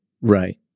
Right